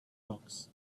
rocks